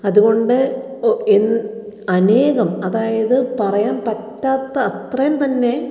അതുകൊണ്ട് എൻ അനേകം അതായത് പറയാൻ പറ്റാത്ത അത്രയും തന്നെ